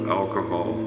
alcohol